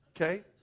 Okay